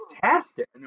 fantastic